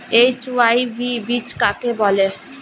HYV বীজ কাকে বলে?